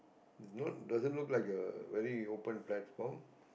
there is no doesn't look like a very open platform